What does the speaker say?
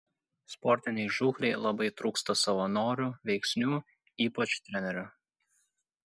sportinei žūklei labai trūksta savanorių veiksnių ypač trenerių